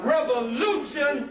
Revolution